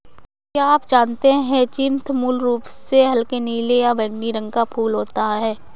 क्या आप जानते है ह्यचीन्थ मूल रूप से हल्के नीले या बैंगनी रंग का फूल होता है